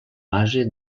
base